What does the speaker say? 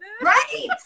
right